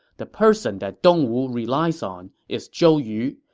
the person that dongwu relies on is zhou yu.